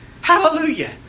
Hallelujah